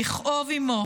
לכאוב עימו